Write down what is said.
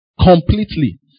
completely